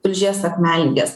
tulžies akmenligės